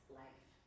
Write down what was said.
life